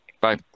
Bye